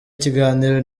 ikiganiro